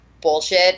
bullshit